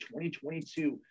2022